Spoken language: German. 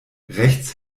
rechts